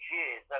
years